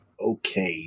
okay